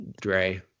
Dre